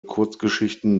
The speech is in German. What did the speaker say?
kurzgeschichten